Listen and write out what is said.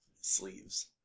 sleeves